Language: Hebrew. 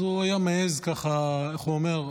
אז הוא היה מעז ככה, איך הוא אומר?